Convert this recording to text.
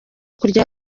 kurya